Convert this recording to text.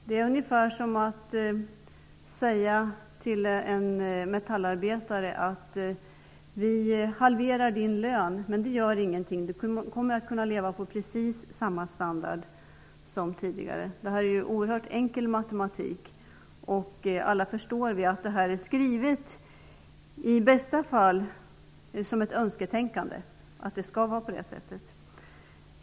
Det är ungefär som att säga till en metallarbetare: Vi halverar din lön, men det gör ingenting. Du kommer att kunna leva med precis samma standard som tidigare. Det här är oerhört enkel matematik. Alla förstår att det i bästa fall är önsketänkande att det skall vara så.